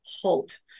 halt